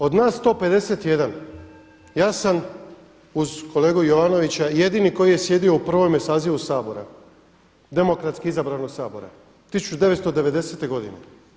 Od nas 151 ja sam uz kolegu Jovanovića jedini koji je sjedio u prvome sazivu Sabora, demokratski izabranog Sabora 1990. godine.